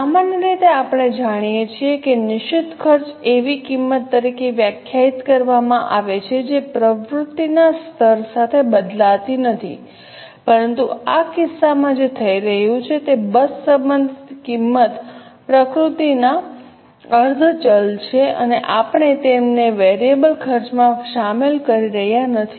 સામાન્ય રીતે આપણે જાણીએ છીએ કે નિશ્ચિત ખર્ચ એવી કિંમત તરીકે વ્યાખ્યાયિત કરવામાં આવે છે જે પ્રવૃત્તિના સ્તર સાથે બદલાતી નથી પરંતુ આ કિસ્સામાં જે થઈ રહ્યું છે કે બસ સંબંધિત કિંમત પ્રકૃતિમાં અર્ધ ચલ છે અને આપણે તેમને વેરિયેબલ ખર્ચમાં શામેલ કરી રહ્યા નથી